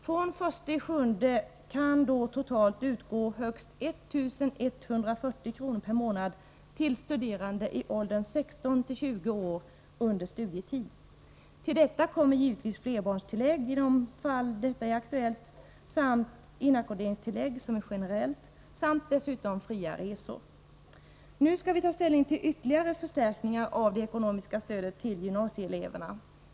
Från den 1 juli kan då under studietiden totalt utgå högst 1 140 kr./månad till studerande i åldern 16-20 år. Till detta kommer givetvis flerbarnstillägg i de fall detta är aktuellt samt inackorderingstillägg som är generellt, dessutom fria resor. Nu skall vi ta ställning till ytterligare förstärkningar av det ekonomiska stödet till gymnasieeleverna.